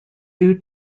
due